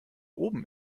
oben